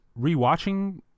rewatching